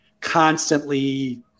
constantly